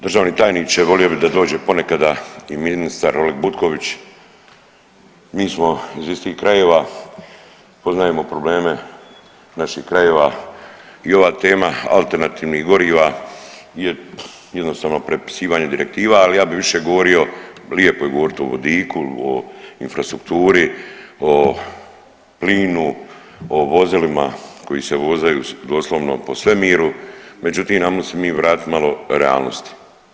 Državni tajniče, volio bi da dođe ponekada i ministar Oleg Butković, mi smo iz istih krajeva, poznajemo probleme naših krajeva i ova tema alternativnih goriva je jednostavno prepisivanje direktiva, ali ja bi više govorio, lijepo je govoriti o vodiku, o infrastrukturi, o plinu, o vozilima koji se vozaju doslovno po svemiru, međutim, ajmo se mi vratiti malo realnosti.